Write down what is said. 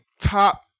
top